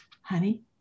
honey